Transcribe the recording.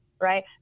Right